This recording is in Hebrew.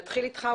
נתחיל איתך,